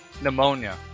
Pneumonia